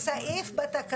הצבעה לא אושרה.